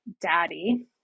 daddy